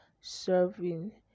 serving